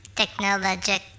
technologic